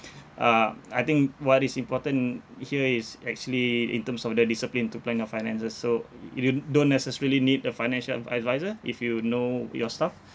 uh I think what is important here is actually in terms of the discipline to plan your finances so y~ you don't necessarily need a financial adviser if you know your stuff